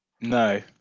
no